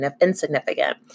insignificant